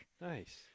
Nice